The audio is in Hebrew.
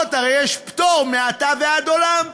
ולמקוואות הרי יש פטור מעתה ועד עולם.